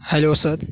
hello sir